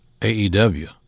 AEW